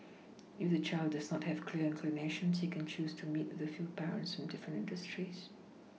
if the child does not have clear inclinations he can choose to meet with a few parents from different industries